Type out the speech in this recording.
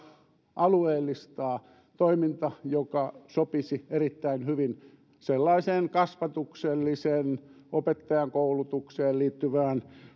alueellistaa toiminta joka sopisi erittäin hyvin sellaiseen suomen tärkeimpään kasvatukselliseen opettajankoulutukseen liittyvään